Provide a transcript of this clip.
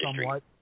somewhat